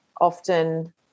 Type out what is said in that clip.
often